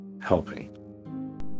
helping